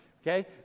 okay